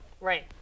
Right